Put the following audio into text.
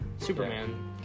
Superman